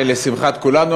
לשמחת כולנו,